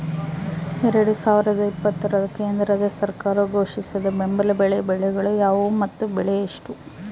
ಎರಡು ಸಾವಿರದ ಇಪ್ಪತ್ತರ ಕೇಂದ್ರ ಸರ್ಕಾರ ಘೋಷಿಸಿದ ಬೆಂಬಲ ಬೆಲೆಯ ಬೆಳೆಗಳು ಯಾವುವು ಮತ್ತು ಬೆಲೆ ಎಷ್ಟು?